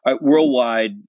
worldwide